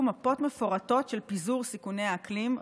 מפות מפורטות של פיזור סיכוני האקלים,